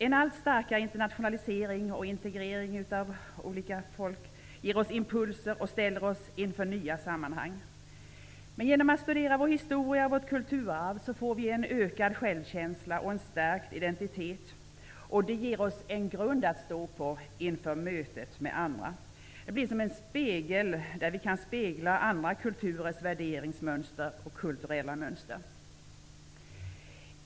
En allt starkare internationalisering och integrering ger oss impulser och ställer oss inför nya sammanhang. Genom studier av vår historia och vårt kulturarv får vi en ökad självkänsla och en stärkt identitet. Det ger oss en grund att stå på inför mötet med andra. Det blir som en spegel där vi kan spegla andra länders värderingsmönster och kulturella mönster.